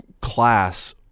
class